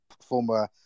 Former